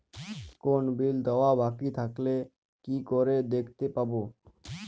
কোনো বিল দেওয়া বাকী থাকলে কি করে দেখতে পাবো?